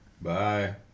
Bye